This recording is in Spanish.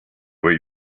baby